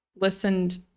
listened